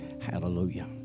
Hallelujah